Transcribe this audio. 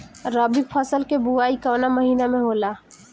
रबी फसल क बुवाई कवना महीना में होला?